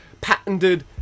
patented